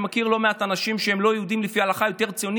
אני מכיר לא מעט אנשים שהם לא יהודים לפי ההלכה והם יותר ציונים